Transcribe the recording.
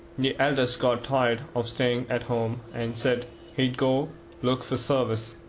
the eldest got tired of staying at home, and said he'd go look for service.